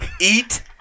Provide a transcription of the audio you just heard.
Eat